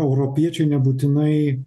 europiečiai nebūtinai